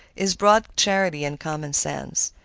his broad charity, and common sense.